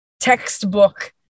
textbook